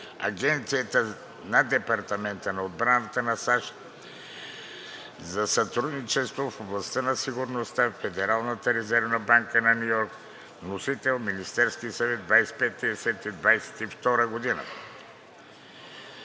Агенцията на Департамента по отбрана на САЩ за сътрудничество в областта на сигурността и Федералната резервна банка на Ню Йорк. Вносител – Министерският съвет, 25 октомври